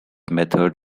method